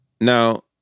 Now